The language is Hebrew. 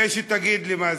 כדי שתגיד לי מה זה,